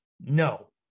No